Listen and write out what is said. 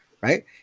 right